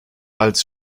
als